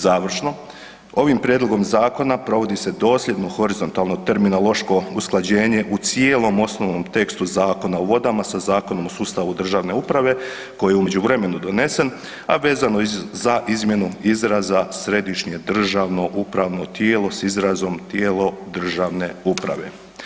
Završno, ovim prijedlogom zakona provodi se dosljedno horizontalno terminološko usklađenje u cijelom osnovnom tekstu Zakona o vodama sa Zakonom o sustavu državne uprave koji je u međuvremenu donesen, a vezano za izmjenu izraza središnje državno upravno tijelo s izrazom tijelo državne uprave.